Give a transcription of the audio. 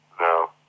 No